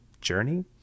journey